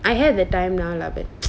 I had the time now lah but